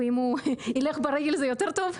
ואם הוא ילך ברגל, זה יותר טוב?